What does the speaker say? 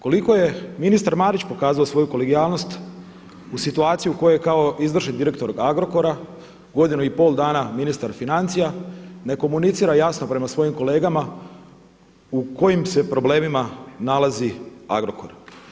Koliko je ministar Marić pokazao svoju kolegijalnost u situaciji u kojoj je kao izvršni direktor Agrokora, godinu i pol dana ministar financija, ne komunicira jasno prema svojim kolegama, u kojim se problemima nalazi Agrokor?